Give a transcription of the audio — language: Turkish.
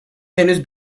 henüz